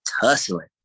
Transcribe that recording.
tussling